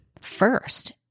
first